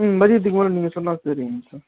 ம் மதியத்துக்கு மேலே நீங்கள் சொன்னால் சரிங்க சார்